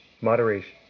Moderation